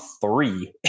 three